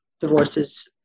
divorces